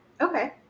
Okay